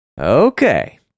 Okay